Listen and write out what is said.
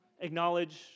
acknowledge